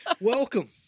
Welcome